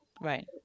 Right